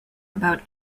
about